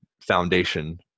foundation